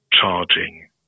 charging